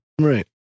right